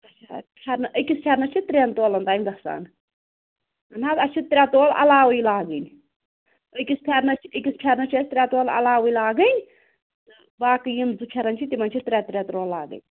اَچھا فٮ۪رنَس أکِس فٮ۪رنَس چھِ ترٛٮ۪ن تولَن تانۍ گژھان نہَ حظ اَسہِ چھِ ترٛےٚ تولہٕ علاوٕے لاگٕنۍ أکِس فٮ۪رنَس چھِ أکِس فٮ۪رنَس چھِ اَسہِ ترٛےٚ تولہٕ علاوٕے لاگٕنۍ تہٕ باقٕے یِم زٕ فٮ۪رن چھِ تِمَن چھِ ترٛےٚ ترٛےٚ تولہٕ لاگٕنۍ